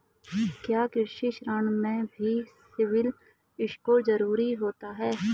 क्या कृषि ऋण में भी सिबिल स्कोर जरूरी होता है?